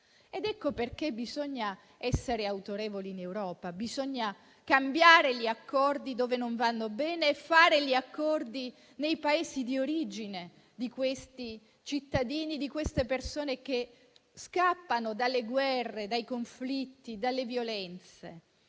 Ecco perché bisogna essere autorevoli in Europa, cambiare gli accordi dove non vanno bene e farne con i Paesi di origine di questi cittadini e di queste persone che scappano dalle guerre, dai conflitti e dalle violenze.